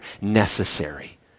necessary